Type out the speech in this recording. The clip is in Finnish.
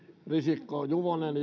risikko juvonen